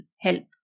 help